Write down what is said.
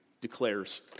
declares